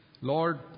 Lord